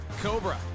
Cobra